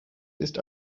ist